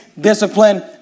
discipline